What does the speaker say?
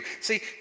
See